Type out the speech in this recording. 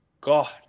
god